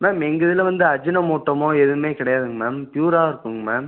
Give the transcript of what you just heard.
ma'am எங்கள்துல வந்து அஜினமோட்டோமோ எதுவும் கிடையாதுங்க மேம் பியூராக இருக்குங்க மேம்